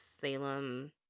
Salem